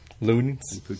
Loons